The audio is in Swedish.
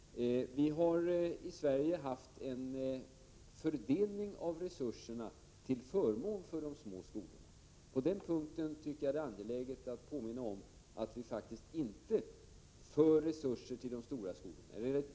Vi har i Sverige haft en fördelning av resurser till förmån för de små skolorna. På den punkten är det angeläget att påminna om att vi faktiskt inte överför resurser till de stora skolorna.